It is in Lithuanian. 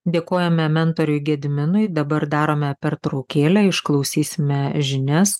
dėkojame mentoriui gediminui dabar darome pertraukėlę išklausysime žinias